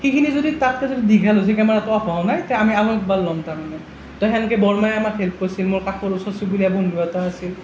সেইখিনি যদি তাতকৈ দীঘল হৈছে কেমেৰাটো অফ হোৱা নাই আমি আমি আৰু এবাৰ ল'ম তাৰ মানে তো সেনেকৈ বৰমাই আমাক হেল্প কৰিছিল মোৰ কাষৰ ওচৰ চুবুৰীয়া বন্ধু এটা আছিল